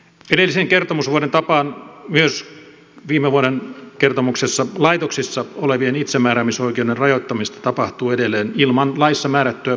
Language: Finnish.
edellisen kertomusvuoden tapaan myös viime vuoden kertomuksessa laitoksissa olevien itsemääräämisoikeuden rajoittamista tapahtuu edelleen ilman laissa määrättyä perustetta